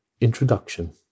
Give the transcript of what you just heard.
Introduction